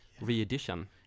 re-edition